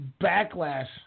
backlash